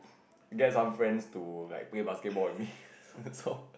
get some friends to like play basketball with me so